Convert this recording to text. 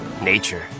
nature